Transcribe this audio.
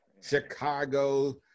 Chicago